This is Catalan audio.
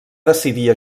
decidir